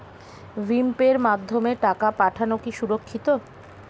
ভিম পের মাধ্যমে টাকা পাঠানো কি সুরক্ষিত?